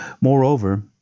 Moreover